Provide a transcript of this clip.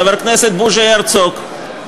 חבר הכנסת בוז'י הרצוג,